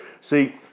See